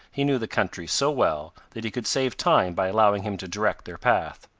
he knew the country so well, that he could save time by allowing him to direct their path.